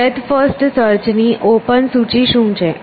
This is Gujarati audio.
બ્રેડ્થ ફર્સ્ટ સર્ચ ની ઓપન સૂચિ શું છે